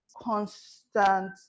constant